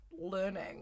learning